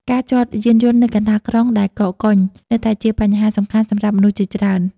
ការចតយានយន្តនៅកណ្តាលក្រុងដែលកកកុញ នៅតែជាបញ្ហាសំខាន់សម្រាប់មនុស្សជាច្រើន។